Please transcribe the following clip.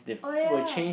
oh ya